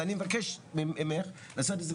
מבקש ממך לעשות את זה.